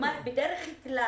בדרך כלל,